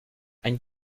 ein